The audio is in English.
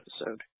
episode